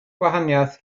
gwahaniaeth